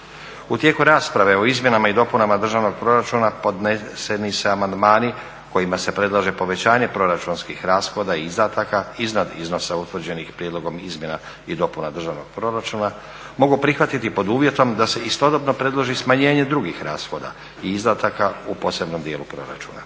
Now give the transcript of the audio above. U tijeku rasprave o izmjenama i dopunama državnog proračuna podneseni se amandmani kojima se predlaže povećanje proračunskih rashoda i izdataka iznad iznosa utvrđenih prijedlogom izmjena i dopunama državnog proračuna mogu prihvatiti pod uvjetom da se istodobno predloži smanjenje i drugih rashoda i izdataka u posebnom dijelu proračuna.